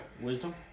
Wisdom